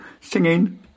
singing